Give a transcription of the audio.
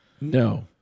No